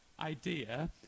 idea